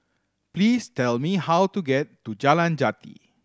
please tell me how to get to Jalan Jati